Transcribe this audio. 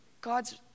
God's